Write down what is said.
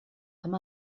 amb